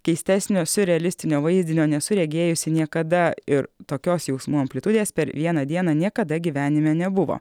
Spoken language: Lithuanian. keistesnio siurrealistinio vaizdinio nesu regėjusi niekada ir tokios jausmų amplitudės per vieną dieną niekada gyvenime nebuvo